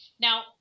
Now